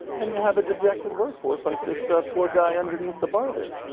and you have a dejected workforce like this ah poor guy underneath the bar there.